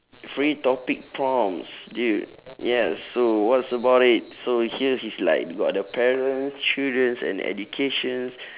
free topic prompts dude yes so what's about it so here's is like got the parents childrens and educations